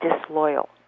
disloyal